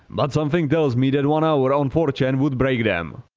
but something tells me that one hour on four chan would break them.